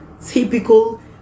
typical